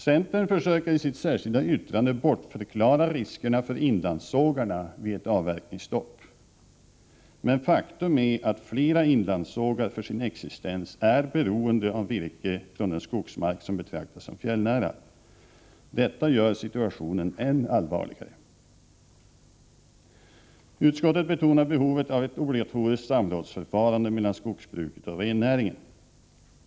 Centern försöker i sitt särskilda yttrande bortförklara riskerna för inlandssågarna vid ett avverkningsstopp. Men faktum är att flera inlandssågar för sin existens är beroende av virket från den skogsmark som betraktas som fjällnära. Detta gör situationen än allvarligare. Utskottet betonar behovet av ett obligatoriskt samrådsförfarande mellan skogsbruket och rennäringen.